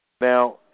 Now